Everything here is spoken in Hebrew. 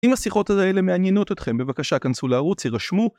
אם השיחות האלה מעניינות אתכם, בבקשה, כנסו לערוץ, הרשמו.